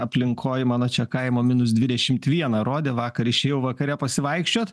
aplinkoj mano čia kaimo minus dvidešimt vieną rodė vakar išėjau vakare pasivaikščiot